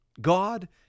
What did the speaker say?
God